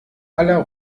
aller